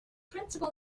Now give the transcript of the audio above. principle